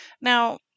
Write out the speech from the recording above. Now